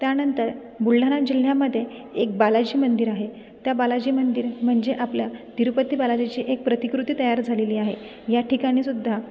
त्यानंतर बुलढाणा जिल्ह्यामध्ये एक बालाजी मंदिर आहे त्या बालाजी मंदिर म्हणजे आपल्या तिरुपती बालाजीची एक प्रतिकृती तयार झालेली आहे या ठिकाणी सुद्धा